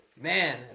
Man